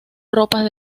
ropas